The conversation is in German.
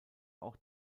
auch